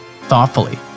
thoughtfully